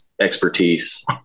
expertise